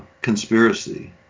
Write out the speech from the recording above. conspiracy